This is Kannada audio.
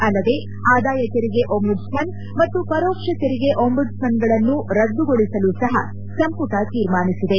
ಅಲ್ಲದೆ ಆದಾಯ ತೆರಿಗೆ ಒಂಬುಡ್ಸ್ಮನ್ ಮತ್ತು ಪರೋಕ್ಷ ತೆರಿಗೆ ಒಂಬುದ್ವಮನ್ಗಳನ್ನು ರದ್ದುಗೊಳಿಸಲೂ ಸಹ ಸಂಪುಟ ತೀರ್ಮಾನಿಸಿದೆ